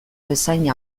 bezain